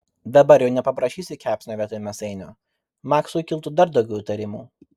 dabar jau nepaprašysi kepsnio vietoj mėsainio maksui kiltų dar daugiau įtarimų